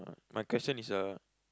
my question is uh